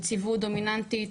נציבות דומיננטית,